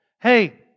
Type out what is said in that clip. hey